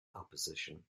opposition